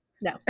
No